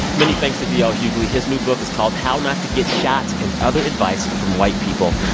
many thanks to d l. hughley. his new book is called how not to get shot and other advice from white people.